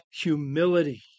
humility